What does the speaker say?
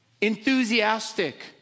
enthusiastic